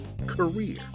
Career